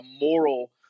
moral